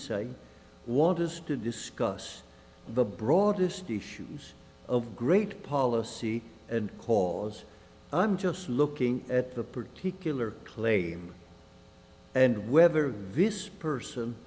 want us to discuss the broadest issue of great policy cause i'm just looking at the particular claim and whether this person